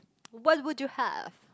what would you have